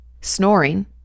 snoring